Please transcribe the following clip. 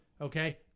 Okay